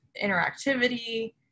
interactivity